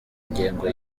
ngengo